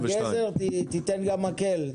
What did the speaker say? יש לך גזר, תיתן גם מקל.